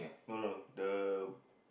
no no the